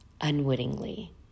unwittingly